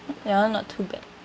that [one] not too bad